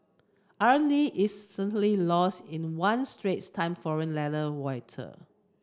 irony is certainly lost on one Straits Time forum letter writer